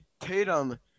Tatum